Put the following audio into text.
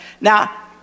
Now